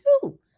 two